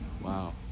wow